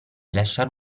lasciare